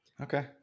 Okay